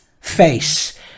face